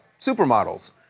supermodels